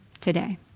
today